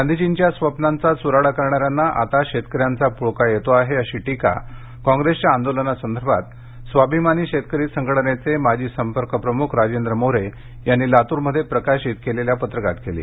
गांधीजींच्या स्वप्नांचा चुराडा करणाऱ्यांना आता शेतकऱ्यांचा पुळका येतो आहे अशी टीका कॉप्रेसच्या आंदोलनासंदर्भात स्वाभिमानी शेतकरी संघटनेचे माजी संपर्क प्रमुख राजेंद्र मोरे यांनी लातूरमध्ये प्रकाशित केलेल्या पत्रकात केली